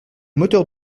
moteurs